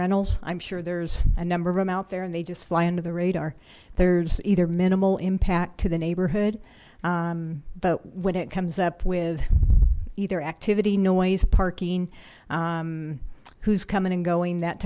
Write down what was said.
rentals i'm sure there's a number of them out there and they just fly under the radar there's either minimal impact to the neighborhood but when it comes up with either activity noise parking who's coming and going that